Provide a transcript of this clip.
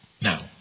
Now